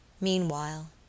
Meanwhile